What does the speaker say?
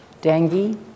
dengue